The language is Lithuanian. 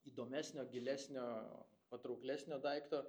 įdomesnio gilesnio patrauklesnio daikto